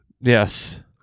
Yes